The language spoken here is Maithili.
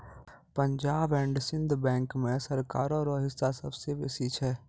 पंजाब एंड सिंध बैंक मे सरकारो रो हिस्सा सबसे बेसी छै